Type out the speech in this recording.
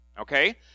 okay